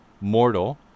mortal